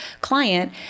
client